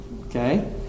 Okay